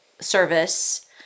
service